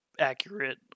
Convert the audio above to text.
accurate